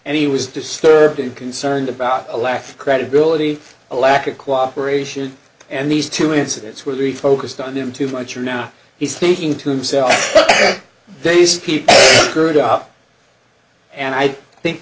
and he was disturbed and concerned about a lack of credibility a lack of cooperation and these two incidents where we focused on them too much or not he's thinking to himself they speak her it up and i think